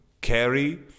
carry